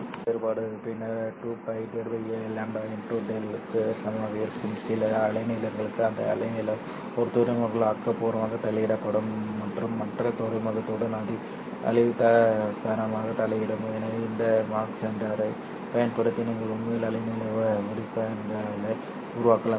கட்ட வேறுபாடு பின்னர் 2π λ δ l க்கு சமமாக இருக்கும் சில அலைநீளங்களுக்கு அந்த அலைநீளம் ஒரு துறைமுகத்தில் ஆக்கபூர்வமாக தலையிடப்படும் மற்றும் மற்ற துறைமுகத்துடன் அழிவுகரமாக தலையிடும் எனவே இந்த மாக் ஜெண்டரைப் பயன்படுத்தி நீங்கள் உண்மையில் அலைநீள வடிப்பான்களை உருவாக்கலாம்